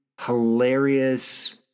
hilarious